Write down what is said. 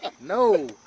No